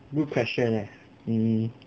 good question leh hmm